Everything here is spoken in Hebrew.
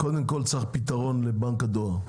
קודם כל, צריך פתרון לבנק הדואר.